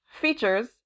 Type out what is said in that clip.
features